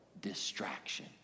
distraction